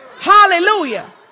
Hallelujah